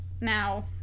Now